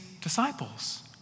disciples